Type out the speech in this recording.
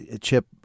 Chip